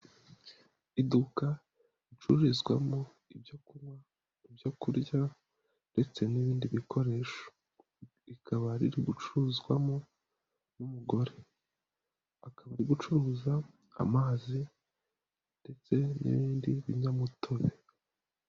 Iduka ricururizwa mo ibyo kunywa, ibyo kurya ndetse n'ibindi bikoresho rikaba riri gucuruzwa mo n'umugore, akaba ari gucuruza amazi ndetse n'ibindi binyamutobe.